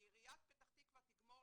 שעיריית פתח תקווה תגמור